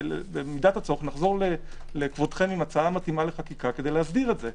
ובמידת הצורך נחזור לכבודכם עם הצעה מתאימה לחקיקה כדי להסדיר את זה.